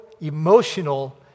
emotional